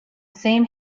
same